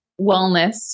wellness